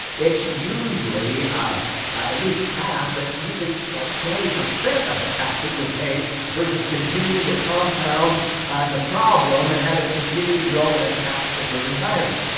it's usually at least half. but usually, like twenty percent of the tax that you'll pay versus continuing to compound the problem and having to continue to grow in a tax-deferred environment.